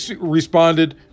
responded